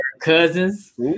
Cousins